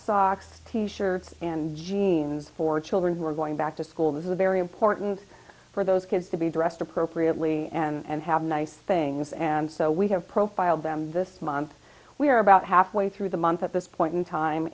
socks t shirt and jeans for children who are going back to school this is a very important for those kids to be dressed appropriately and have nice things and so we have profiled them this month we're about halfway through the month at this point in time